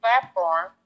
platform